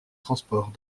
transports